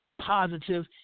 positive